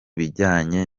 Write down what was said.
bijyanye